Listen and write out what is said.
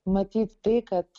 matyt tai kad